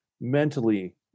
mentally